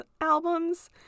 albums